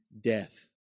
death